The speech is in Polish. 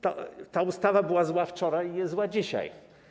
Ta ustawa była zła wczoraj i jest zła dzisiaj.